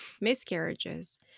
miscarriages